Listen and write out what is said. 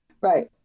Right